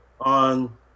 on